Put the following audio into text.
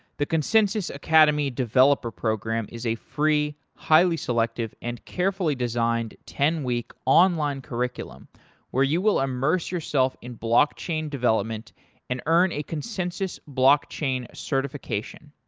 the consensys academy developer program is a free, highly selective, and carefully designed ten week online curriculum where you will immerse yourself in blockchain development and earn a consensys blockchain certification.